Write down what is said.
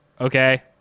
okay